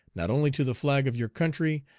not only to the flag of your country,